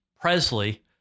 Presley